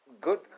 good